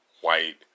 white